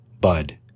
bud